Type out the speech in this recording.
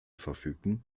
verfügten